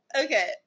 Okay